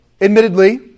Admittedly